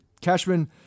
Cashman